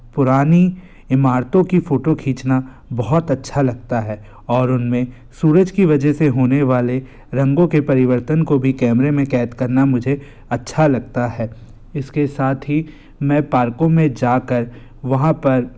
पुरानी इमारतों की फ़ोटो खींचना बहुत अच्छा लगता है और उनमें सूरज की वजह से होने वाले रंगों के परिवर्तन को भी कैमरे में कैद करना मुझे अच्छा लगता है इसके साथ ही मैं पार्कों में जाकर वहाँ पर